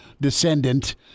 descendant